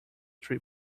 three